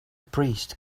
priest